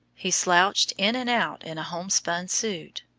he slouched in and out in a home-spun suit,